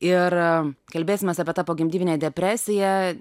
ir kalbėsimės apie tą pogimdyminę depresiją